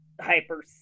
hyper